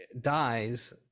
dies